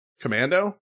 Commando